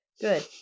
Good